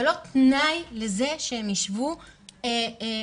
זה לא תנאי לזה שהם ישבו לחקור,